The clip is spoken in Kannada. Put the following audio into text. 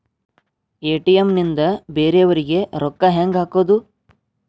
ಎ.ಟಿ.ಎಂ ನಿಂದ ಬೇರೆಯವರಿಗೆ ರೊಕ್ಕ ಹೆಂಗ್ ಹಾಕೋದು?